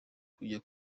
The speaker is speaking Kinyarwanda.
kujya